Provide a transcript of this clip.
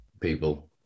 people